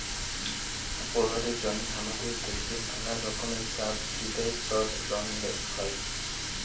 পড়ুয়াদের জন্যহে হামাদের দ্যাশে ম্যালা রকমের সাবসিডাইসদ লন হ্যয়